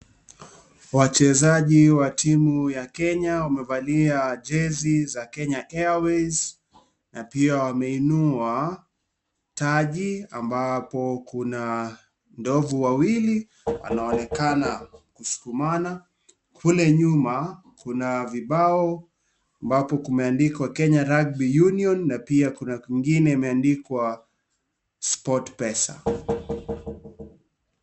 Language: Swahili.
Wachezaji wa timu ya Kenya wamevalia jezi za Kenya Airways na pia wameinua taji ambapo Kuna ndovu wawili anaonekana kusukumana . Kule nyuma kuna vibao ambako kumeandikwa Kenya Rugby Union na pia Kuna kwengine imeandikwa SportPesa .